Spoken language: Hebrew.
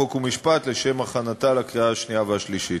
חוק ומשפט לשם הכנתה לקריאה השנייה והשלישית.